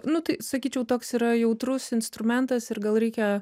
nu tai sakyčiau toks yra jautrus instrumentas ir gal reikia